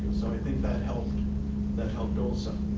so i think that helped that helped also.